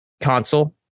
console